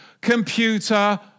computer